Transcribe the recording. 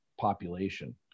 population